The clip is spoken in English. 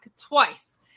twice